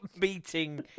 meeting